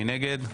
מי נגד?